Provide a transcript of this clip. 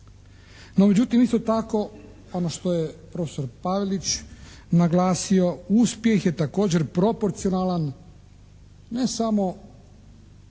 No, međutim, isto tako ono što je prof. Pavelić naglasio, uspjeh je također proporcionalan ne samo